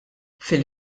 fil